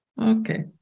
okay